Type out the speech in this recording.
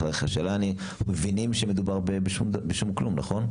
השאלה אם מבינים שמדובר בשום כלום, נכון?